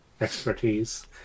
expertise